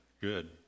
good